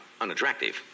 unattractive